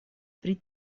pri